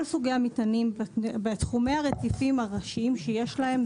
סוגי המטענים בתחומי הרציפים הראשיים שיש להם.